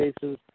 cases